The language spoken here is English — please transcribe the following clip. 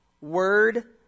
word